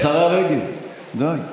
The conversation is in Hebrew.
השרה רגב, די.